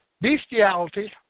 bestiality